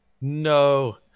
No